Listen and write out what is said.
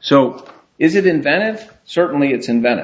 so is it inventive certainly it's invent